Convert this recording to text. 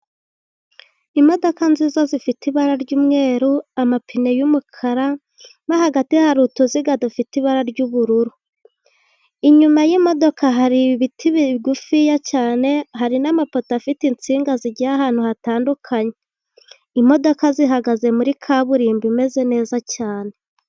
Imodoka nziza zifite ibara ry'umweru, amapine y'umukara no hagati hari utuziga dufite ibara ry'ubururu, inyuma y'imodoka hari ibiti bigufiya cyane, hari n'amapoto afite insinga zigiye ahantu hatandukanye, imodoka zihagaze muri kaburimbo imeze neza cyane.